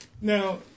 Now